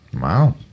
wow